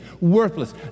Worthless